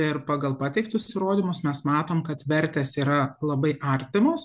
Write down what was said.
ir pagal pateiktus įrodymus mes matom kad vertės yra labai artimos